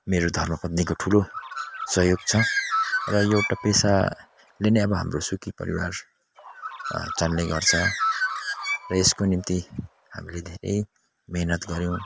मेरो धर्मपत्नीको ठुलो सहयोग छ र एउटा पेसाले नै अब हाम्रो सुखी परिवार चल्ने गर्छ र यसको निम्ति हामीले धेरै मेहनत गऱ्यौँ